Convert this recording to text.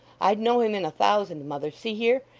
i'd know him in a thousand. mother, see here!